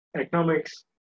economics